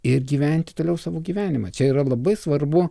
ir gyventi toliau savo gyvenimą čia yra labai svarbu